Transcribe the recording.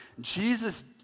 Jesus